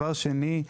דבר שני,